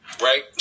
right